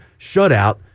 shutout